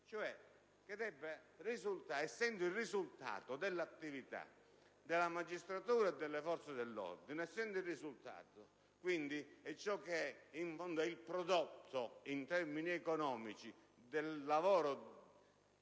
essendo il risultato dell'attività della magistratura e delle forze dell'ordine, essendo il risultato, il prodotto in termini economici, del lavoro